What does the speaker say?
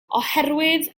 oherwydd